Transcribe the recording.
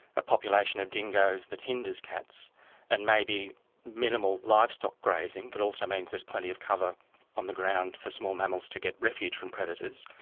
a population of dingoes that hinders cats and maybe minimal livestock grazing that also means there's plenty of cover on the ground for small mammals to get refuge from predators,